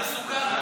זה מסוכן.